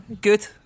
good